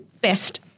best